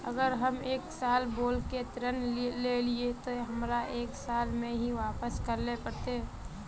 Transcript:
अगर हम एक साल बोल के ऋण लालिये ते हमरा एक साल में ही वापस करले पड़ते?